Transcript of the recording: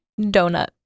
Donut